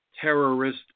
terrorist